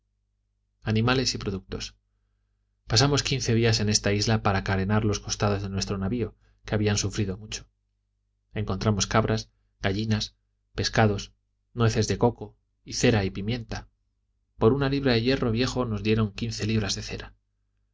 animales y productos pasamos quince días en esta isla para carenar los costados de nuestro navio que habían sufrido mucho encontramos cabras gallinas pescados nueces de coco cera y pimienta por una libra de hierro viejo nos dieron quince libras de cera